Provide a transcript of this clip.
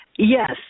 Yes